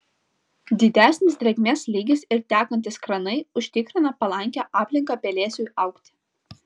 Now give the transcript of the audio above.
didesnis drėgmės lygis ir tekantys kranai užtikrina palankią aplinką pelėsiui augti